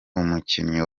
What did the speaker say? umukinnyi